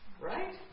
right